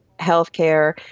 healthcare